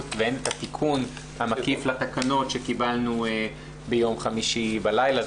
באוגוסט והן את התיקון המקיף לתקנות שקיבלנו ביום חמישי בלילה,